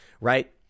Right